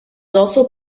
also